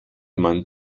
man